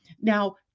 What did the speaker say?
Now